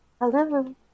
Hello